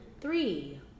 three